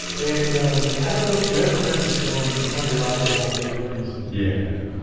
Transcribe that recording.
and i don't know if you ever heard the song thunder island by jay ferguson yeah,